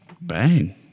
Bang